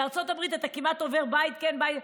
בארצות הברית אתה כמעט עובר בית כן, בית לא.